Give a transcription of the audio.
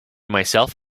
myself